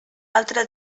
altre